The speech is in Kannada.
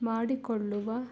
ಮಾಡಿಕೊಳ್ಳುವ